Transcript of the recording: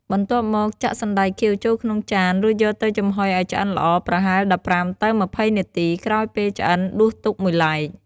បន្ទាប់មកចាក់សណ្ដែកខៀវចូលក្នុងចាន រួចយកទៅចំហុយឲ្យឆ្អិនល្អ ប្រហែល ១៥ ទៅ ២០ នាទី ក្រោយពេលឆ្អិន ដួសទុកមួយឡែក។